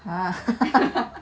!huh!